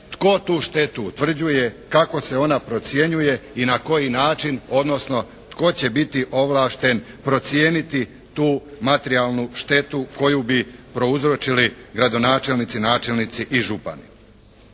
tko tu štetu utvrđuje, kako se ona procjenjuje i na koji način, odnosno tko će biti ovlašten procijeniti tu materijalnu štetu koju bi prouzročili gradonačelnici, načelnici i župani.